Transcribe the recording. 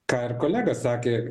ką ir kolega sakė